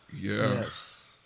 Yes